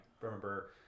remember